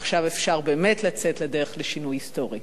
ועכשיו אפשר באמת לצאת לדרך לשינוי היסטורי.